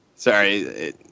Sorry